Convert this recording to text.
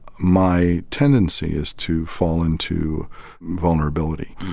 my tendency is to fall into vulnerability.